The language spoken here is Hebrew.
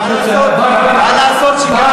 אבל מה לעשות, שיקרת.